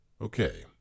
okay